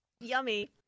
Yummy